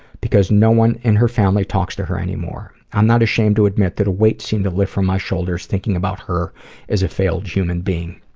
because no one in her family talks to her anymore. i'm not ashamed to admit that a weight seemed to lift from my shoulders thinking about her as a failed human being.